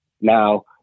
now